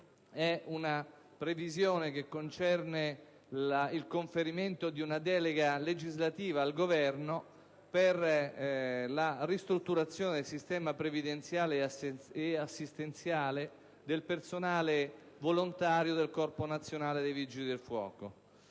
è una previsione che concerne il conferimento di una delega legislativa al Governo per la ristrutturazione del sistema previdenziale ed assistenziale del personale volontario del Corpo nazionale dei vigili del fuoco.